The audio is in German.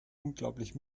unglaublich